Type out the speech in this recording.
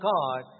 God